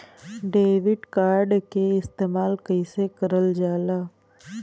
Debit card के इस्तेमाल कइसे करल जाला?